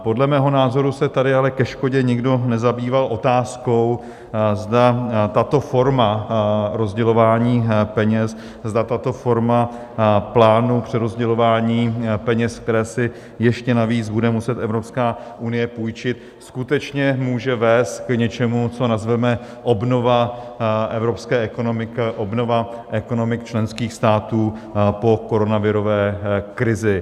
Podle mého názoru se tady ale ke škodě nikdo nezabýval otázkou, zda tato forma rozdělování peněz, zda tato forma plánu přerozdělování peněz, které si ještě navíc bude muset Evropská unie půjčit, skutečně může vést k něčemu, co nazveme obnova evropské ekonomiky a obnova ekonomik členských států po koronavirové krizi.